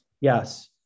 Yes